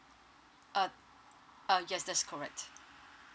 uh uh yes that's correct